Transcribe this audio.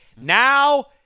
now